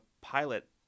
pilot